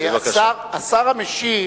השר המשיב